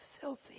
filthy